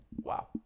Wow